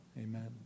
Amen